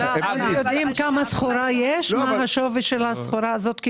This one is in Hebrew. אתם יודעים כמה סחורה יש ומה השווי של הסחורה הזאת?